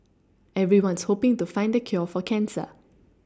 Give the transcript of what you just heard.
everyone's hoPing to find the cure for cancer